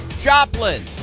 Joplin